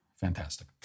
fantastic